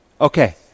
Okay